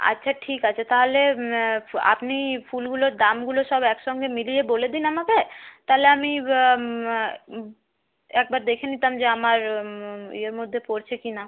আচ্ছা ঠিক আছে তাহলে আপনি ফুলগুলোর দামগুলো সব একসঙ্গে মিলিয়ে বলে দিন আমাকে তাহলে আমি একবার দেখে নিতাম যে আমার ইয়ের মধ্যে পড়ছে কি না